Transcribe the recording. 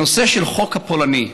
הנושא של החוק הפולני,